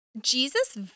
Jesus